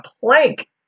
plank